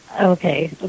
Okay